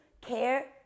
care